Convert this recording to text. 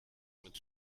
mit